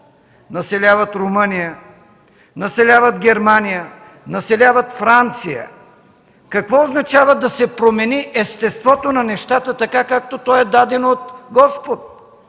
населяват Румъния, населяват Германия, населяват Франция? Какво означава да се промени естеството на нещата, така както то е дадено от Господ?